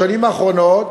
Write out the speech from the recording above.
בשנים האחרונות